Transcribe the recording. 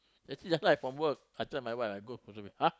just now from work I tell my wife I go !huh!